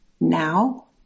Now